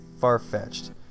far-fetched